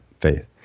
faith